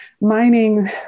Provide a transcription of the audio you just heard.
mining